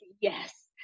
yes